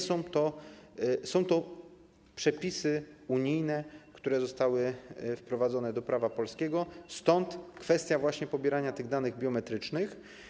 Są to przepisy unijne, które zostały wprowadzone do prawa polskiego, stąd kwestia pobierania tych danych biometrycznych.